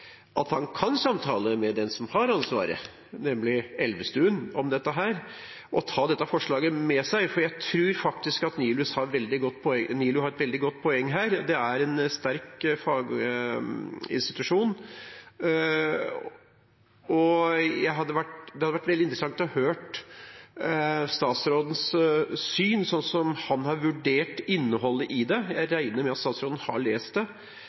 at han kan samtale om dette med den som har ansvaret, nemlig Elvestuen, og ta dette forslaget med seg, for jeg tror at NILU har et veldig godt poeng her. Det er en sterk faginstitusjon. Det hadde vært veldig interessant å høre statsrådens syn, hvordan han har vurdert innholdet i det og intensjonen med det – jeg regner med at statsråden har lest det